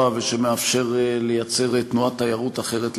ושמאפשר לייצר תנועת תיירות אחרת לגמרי,